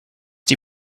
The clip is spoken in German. die